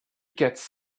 gets